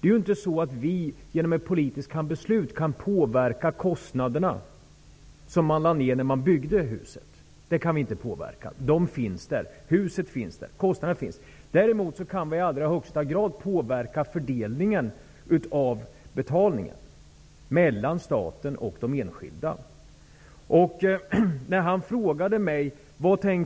Vi kan inte genom politiska beslut påverka kostnaderna som lades ned när huset byggdes. Huset finns där, och kostnaderna finns där. Däremot kan vi i allra högsta grad påverka fördelningen av betalningen mellan staten och de enskilda. Bostadsrättsinnehavaren frågade mig vad vi